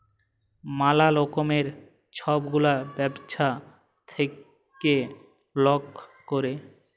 ম্যালা রকমের ছব গুলা ব্যবছা থ্যাইকে লক ক্যরে